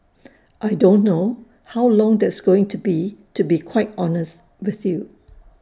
I don't know how long that's going to be to be quite honest with you